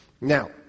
Now